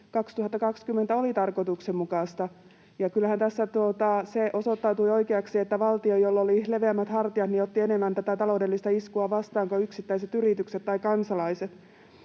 2020 oli tarkoituksenmukaista. Kyllähän tässä se osoittautui oikeaksi, että valtio, jolla oli leveämmät hartiat, otti enemmän taloudellista iskua vastaan kuin yksittäiset yritykset tai kansalaiset.